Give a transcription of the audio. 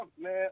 man